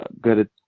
good